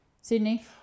Sydney